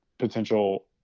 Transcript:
potential